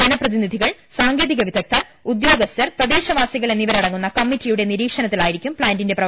ജനപ്രതിനിധികൾ സാങ്കേതിക വിദഗ്ധർ ഉദ്യോഗസ്ഥർ പ്രദേശവാസികൾ എന്നിവരടങ്ങുന്ന കമ്മിറ്റിയുടെ നിരീക്ഷണത്തിലായിരിക്കും പ്ലാന്റിന്റെ പ്രവർത്തനം